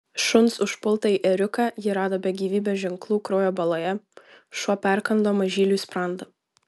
šuns užpultąjį ėriuką ji rado be gyvybės ženklų kraujo baloje šuo perkando mažyliui sprandą